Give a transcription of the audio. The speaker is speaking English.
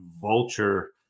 vulture